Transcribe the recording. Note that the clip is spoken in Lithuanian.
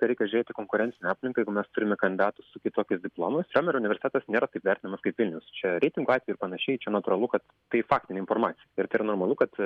tai reikia žiūrėti į konkurencinę aplinką jeigu mes turime kandidatų su kitokiais diplomais riomerio universitetas nėra taip vertinamas kaip vilniaus čia reitingo atveju ir panašiai čia natūralu kad tai faktinė informacija ir tai yra normalu kad